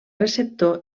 receptor